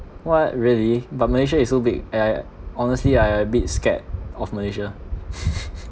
what really but malaysia is so big eh I honestly ah I a bit scared of malaysia